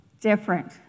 different